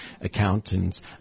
accountants